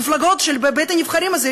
מפלגות של בית-הנבחרים הזה,